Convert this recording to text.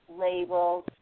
labels